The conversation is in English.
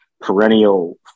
perennial